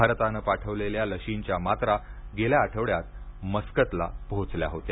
भारतानं पाठवलेल्या लशींच्या मात्रा गेल्या आठवड्यात मस्कतला पोहोचल्या होत्या